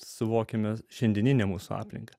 suvokiame šiandieninė mūsų aplinka